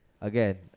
Again